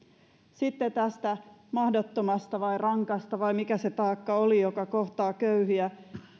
sitten tästä mahdottomasta tai rankasta vai miten se oli taakasta joka kohtaa köyhiä